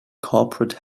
corporate